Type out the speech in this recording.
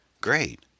Great